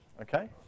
Okay